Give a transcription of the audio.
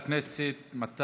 חבר הכנסת אחמד טיבי.